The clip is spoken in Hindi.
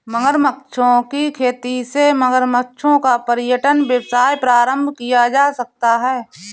मगरमच्छों की खेती से मगरमच्छों का पर्यटन व्यवसाय प्रारंभ किया जा सकता है